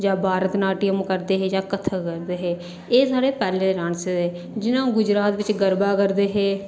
जां भारतनाट्यम करदे हे जां कथक करदे हे एह् साढ़े पैह्लें दे डांस थे जि'यां ना गुजरात बिच गरबा करदे हे